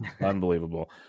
Unbelievable